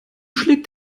schlägt